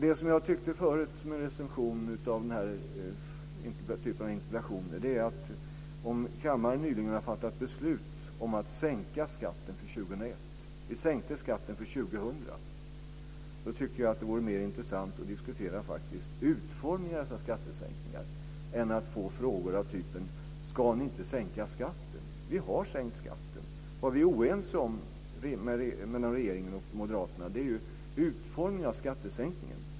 Det som jag tyckte med en recension av den här typen av interpellationer är att om kammaren nyligen har fattat beslut om att sänka skatten för 2001 - vi sänkte skatten för 2000 - vore det mer intressant att faktiskt diskutera utformningen av dessa skattesänkningar än att få frågor av typen: Ska ni inte sänka skatten? Vi har sänkt skatten. Vad vi är oense om mellan regeringen och moderaterna är utformningen av skattesänkningen.